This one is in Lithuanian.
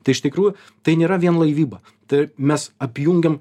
tai iš tikrųjų tai nėra vien laivyba taip mes apjungiam